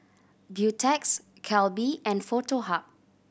Beautex Calbee and Foto Hub